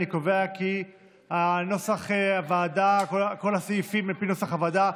אני קובע כי כל הסעיפים, על פי נוסח הוועדה,